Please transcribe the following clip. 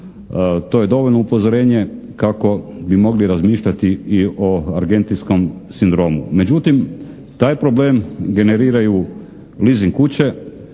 To je dovoljno upozorenje kako bi mogli razmišljati i o argentinskom sindromu. Međutim, taj problem generiraju leasing kuće